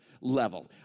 level